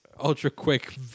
ultra-quick